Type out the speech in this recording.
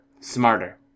smarter